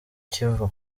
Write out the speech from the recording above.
kivu